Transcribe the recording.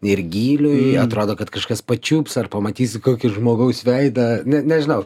ir gyliui atrodo kad kažkas pačiups ar pamatysi kokį žmogaus veidą ne nežinau